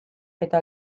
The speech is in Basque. eta